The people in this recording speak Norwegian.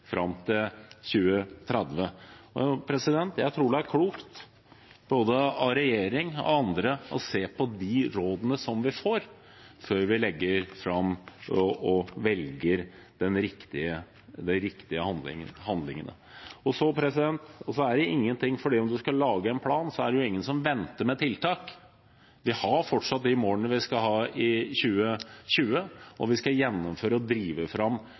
klokt av både regjeringen og andre å se på de rådene som vi får, før vi legger fram og velger de riktige handlingene. Bare fordi man skal lage en plan, er det ingen som venter med tiltak. Vi har fortsatt de målene vi skal nå innen 2020, og vi skal gjennomføre og drive fram